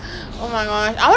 I would lah but